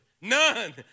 none